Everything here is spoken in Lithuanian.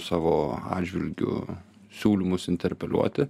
savo atžvilgiu siūlymus interpeliuoti